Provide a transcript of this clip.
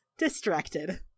distracted